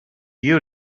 you